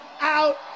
out